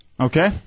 okay